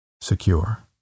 Secure